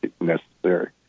necessary